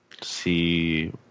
see